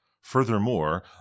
Furthermore